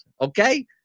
Okay